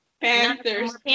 Panthers